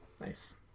nice